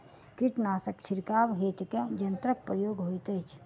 कीटनासक छिड़काव हेतु केँ यंत्रक प्रयोग होइत अछि?